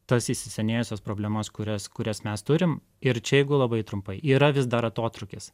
tas įsisenėjusias problemas kurias kurias mes turim ir čia jeigu labai trumpai yra vis dar atotrūkis